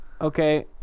okay